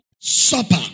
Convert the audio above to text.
supper